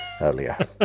earlier